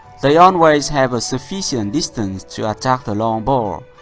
they always have a sufficient distance to attack the long ball.